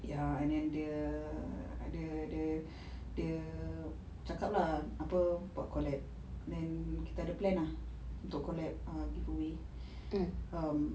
ya and then dia dia dia dia cakap lah apa buat collab then kita ada plan ah untuk collab ah giveaway um